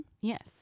Yes